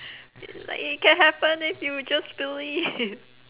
it's like you can have fun if you would just believe